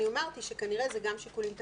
אמרתי שכנראה זה גם שיקולים תקציביים.